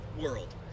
world